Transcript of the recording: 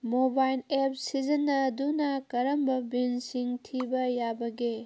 mobile apps ꯁꯤꯖꯤꯟꯅꯗꯨꯅ ꯀꯔꯝꯕ ꯕꯤꯜꯁꯤꯡ ꯊꯤꯕ ꯌꯥꯕꯒꯦ